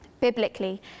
Biblically